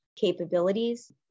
capabilities